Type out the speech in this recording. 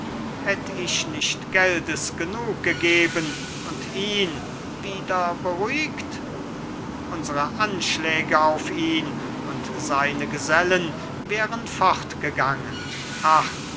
hätt ich nicht gelds genug gegeben und ihn wieder beruhigt unsere anschläge auf ihn und seine gesellen wären fortgegangen ach